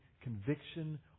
conviction